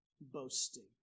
boasting